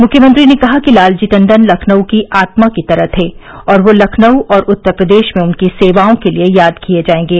मुख्यमंत्री ने कहा कि लालजी टंडन लखनऊ की आत्मा की तरह थे और वे लखनऊ और उत्तर प्रदेश में उनकी सेवाओं के लिए याद किए जाएंगे